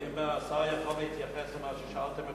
האם השר יכול להתייחס למה ששאלתי,